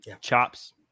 chops